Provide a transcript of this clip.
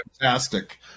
fantastic